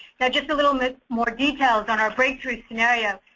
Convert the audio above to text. so just a little look more detail on our breakthrough scenario.